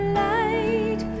light